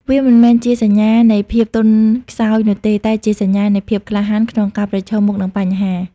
វាមិនមែនជាសញ្ញានៃភាពទន់ខ្សោយនោះទេ តែជាសញ្ញានៃ ភាពក្លាហាន ក្នុងការប្រឈមមុខនឹងបញ្ហា។